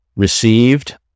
received